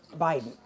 Biden